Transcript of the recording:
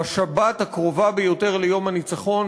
בשבת הקרובה ביותר ליום הניצחון,